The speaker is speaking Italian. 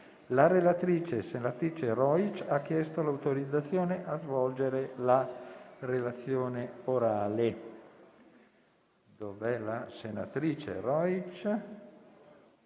La relatrice, senatrice Rojc, ha chiesto l'autorizzazione a svolgere la relazione orale. Non facendosi